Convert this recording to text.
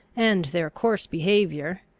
and their coarse behaviour,